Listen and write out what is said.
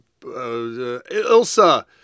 Ilsa